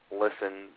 listen